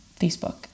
Facebook